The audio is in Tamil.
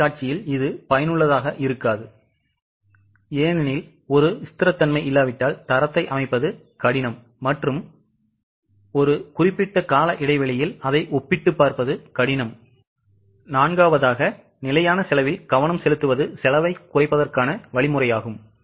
சந்தைக் காட்சியில் இது பயனுள்ளதாக இருக்காது ஏனெனில் ஒரு ஸ்திரத்தன்மை இல்லாவிட்டால் தரத்தை அமைப்பது கடினம் மற்றும் ஒரு குறிப்பிட்ட கால இடைவெளியில் அதை ஒப்பிட்டுப் பார்ப்பது கடினம் நான்காவதாக நிலையான செலவில் கவனம் செலுத்துவது செலவைக் குறைப்பதற்கான வழியாகும்